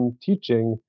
teaching